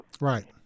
right